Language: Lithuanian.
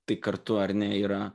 tai kartu ar ne yra